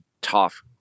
tough